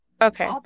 Okay